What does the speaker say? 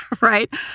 Right